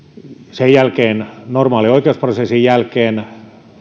sen jälkeen normaalin oikeusprosessin jälkeen